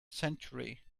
century